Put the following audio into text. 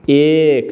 एक